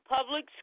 public